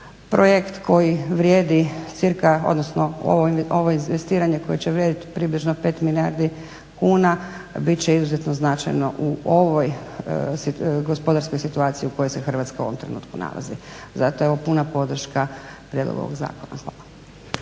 Projekt koji vrijedi cirka, odnosno u ovo investiranje koje će vrijediti približno 5 milijardi kuna, bit će izuzetno značajno u ovoj gospodarskoj situaciji u kojoj se Hrvatska u ovom trenutku nalazi. Zato evo puna podrška prijedlogu ovog zakona.